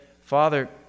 Father